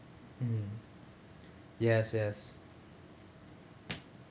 mm yes yes